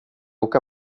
åka